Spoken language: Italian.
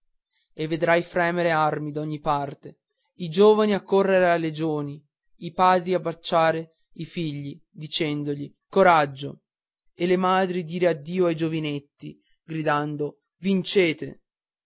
e vedrai fremere armi d'ogni parte i giovani accorrere a legioni i padri baciare i figli dicendo coraggio e le madri dire addio ai giovinetti gridando vincete